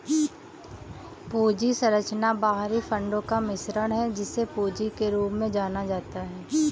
पूंजी संरचना बाहरी फंडों का मिश्रण है, जिसे पूंजी के रूप में जाना जाता है